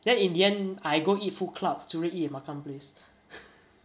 then in the end I go eat food club zuran eat at makan place